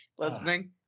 Listening